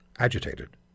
agitated